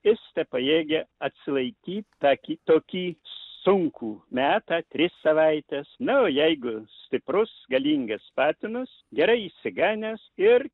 jis tepajėgia atsilaikyt tą ki tokį sunkų metą tris savaites na o jeigu stiprus galingas patinas gerai įsiganęs ir